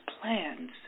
plans